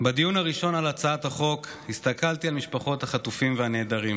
בדיון הראשון על הצעת החוק הסתכלתי על משפחות החטופים והנעדרים.